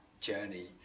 journey